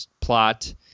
plot